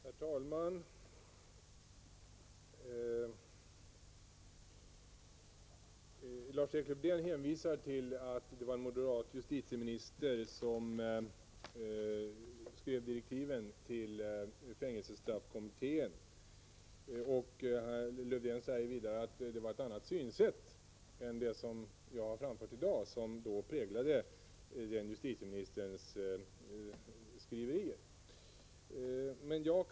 Herr talman! När Lars-Erik Lövdén hänvisade till att det var en moderat justitieminister som skrev direktiven till fängelsestraffkommittén, sade han samtidigt att det var ett annat synsätt än det jag framfört i dag som präglade den moderate justitieministerns direktiv.